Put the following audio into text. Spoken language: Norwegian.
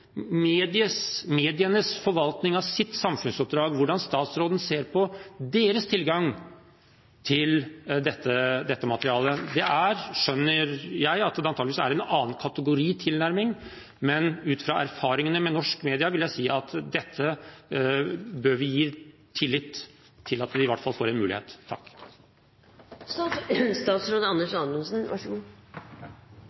medienes forvaltning av sitt samfunnsoppdrag og hvordan statsråden ser på deres tilgang til dette materialet. Jeg skjønner at det antageligvis er en annen kategori tilnærming, men ut fra erfaringene med norske medier vil jeg si at dette bør vi gi tillit – slik at de i hvert fall får en mulighet.